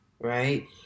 right